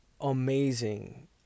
amazing